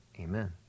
amen